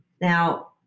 Now